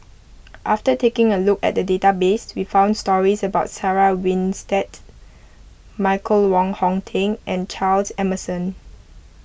after taking a look at the database we found stories about Sarah Winstedt Michael Wong Hong Teng and Charles Emmerson